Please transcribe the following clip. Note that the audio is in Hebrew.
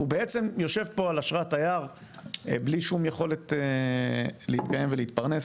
הוא בעצם יושב פה על אשרת תייר בלי שום יכולת להתקיים ולהתפרנס.